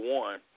one